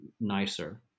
nicer